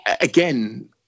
Again